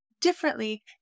differently